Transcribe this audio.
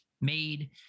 made